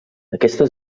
aquesta